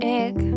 egg